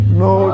no